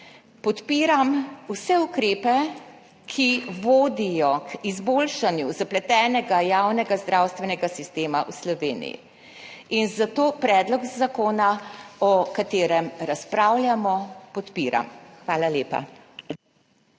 Podpiram vse ukrepe, ki vodijo k izboljšanju zapletenega javnega zdravstvenega sistema v Sloveniji, in zato predlog zakona, o katerem razpravljamo, podpiram. Hvala lepa.